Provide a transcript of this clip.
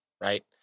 right